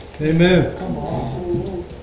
Amen